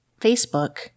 facebook